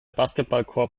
basketballkorb